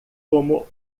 como